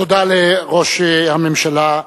תודה לראש הממשלה,